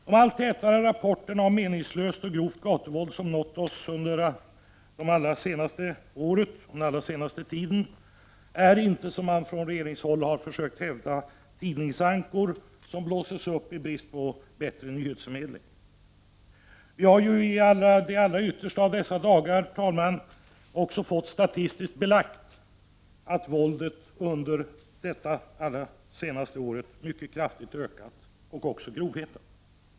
De allt tätare rapporterna om meningslöst och grovt gatuvåld som nått oss under den senaste tiden är inte, som man från regeringshåll har försökt hävda, tidningsankor som blåses upp i brist på bättre nyhetsförmedling. Vi har under de allra yttersta av dessa dagar också fått statistiskt belagt att våldet liksom grovheten i våldet det senaste året har ökat mycket kraftigt.